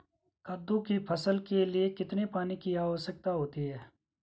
कद्दू की फसल के लिए कितने पानी की आवश्यकता होती है?